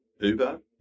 Uber